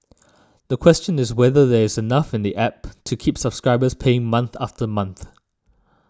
the question is whether there is enough in the App to keep subscribers paying month after month